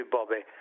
Bobby